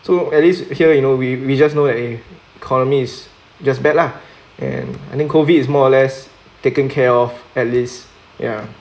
so at least here you know we we just know that eh economy is just bad lah and I think COVID is more or less taken care of at least ya